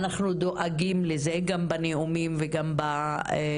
אנחנו דואגים לזה גם בנאומים וגם בכנסת.